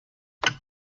wenn